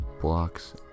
blocks